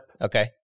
Okay